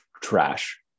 trash